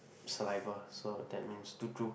saliva so that means to drool